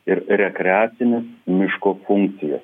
ir rekreacines miško funkcijas